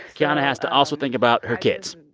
kiana has to also think about her kids.